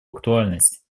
актуальность